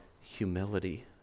humility